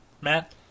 Matt